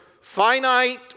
finite